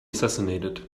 assassinated